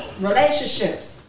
Relationships